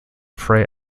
fray